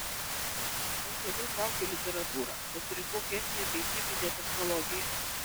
nors labiau traukė literatūra pasirinkau chemiją bei cheminę technologiją